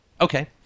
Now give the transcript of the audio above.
Okay